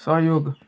सहयोग